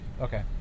Okay